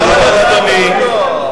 אדוני השר,